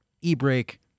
e-brake